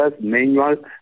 manual